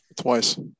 twice